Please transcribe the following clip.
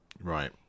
Right